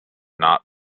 not